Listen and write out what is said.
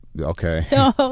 Okay